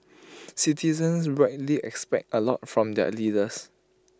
citizens rightly expect A lot from their leaders